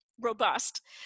robust